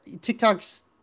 TikTok's